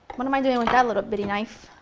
what am i doing with that little bitty knife?